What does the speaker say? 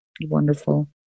Wonderful